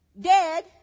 dead